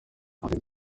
ati